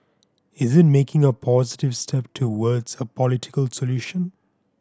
is it making a positive step towards a political solution